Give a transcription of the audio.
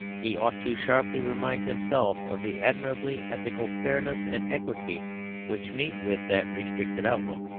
he ought to sharply remind himself of the admirable ethical fairness and equity which meet with that restricted outlook.